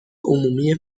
عمومی